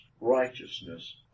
righteousness